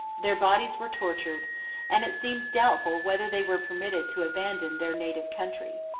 their bodies were tortured and it seems doubtful whether they were permitted to abandon their native country.